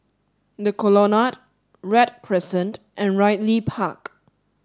the Colonnade Read Crescent and Ridley Park